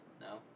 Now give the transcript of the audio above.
No